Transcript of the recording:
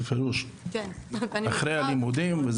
בפירוש, אחרי הלימודים.